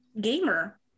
gamer